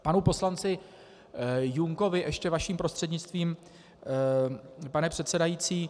K panu poslanci Junkovi vaším prostřednictvím, pane předsedající.